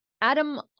Adam